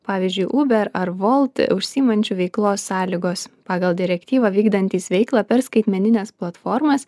pavyzdžiui uber ar volt užsiimančių veiklos sąlygos pagal direktyvą vykdantys veiklą per skaitmenines platformas